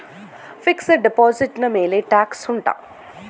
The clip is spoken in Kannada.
ಫಿಕ್ಸೆಡ್ ಡೆಪೋಸಿಟ್ ನ ಮೇಲೆ ಟ್ಯಾಕ್ಸ್ ಉಂಟಾ